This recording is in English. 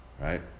Right